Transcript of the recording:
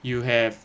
you have